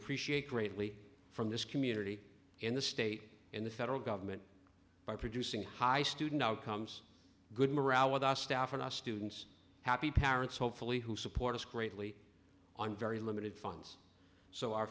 appreciate greatly from this community in the state in the federal government by producing high student outcomes good morale with our staff and our students happy parents hopefully who support us greatly on very limited funds so our